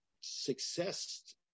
success